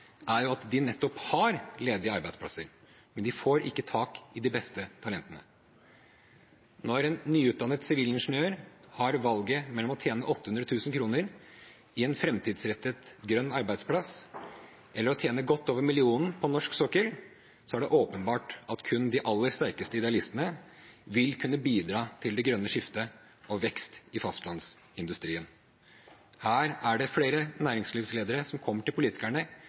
er at de nettopp har ledige arbeidsplasser, men de får ikke tak i de beste talentene. Når en nyutdannet sivilingeniør har valget mellom å tjene 800 000 kr i en framtidsrettet grønn arbeidsplass eller å tjene godt over millionen på norsk sokkel, er det åpenbart at kun de aller sterkeste idealistene vil kunne bidra til det grønne skiftet og vekst i fastlandsindustrien. Her er det flere næringslivsledere som kommer til politikerne